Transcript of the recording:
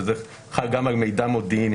וזה חל גם על מידע מודיעיני.